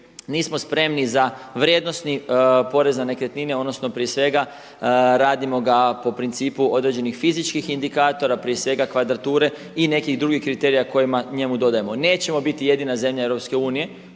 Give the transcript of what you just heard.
nismo spremni za vrijednosni porez na nekretnine odnosno prije svega radimo ga po principu određenih fizičkih indikatora, prije svega kvadrature i nekih drugih kriterija kojima njemu dodajemo. Nećemo biti jedina zemlja EU